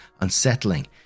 unsettling